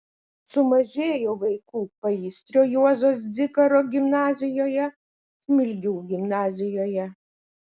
sumažėjo vaikų paįstrio juozo zikaro gimnazijoje smilgių gimnazijoje